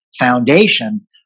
foundation